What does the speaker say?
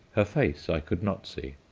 her face i could not see.